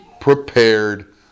prepared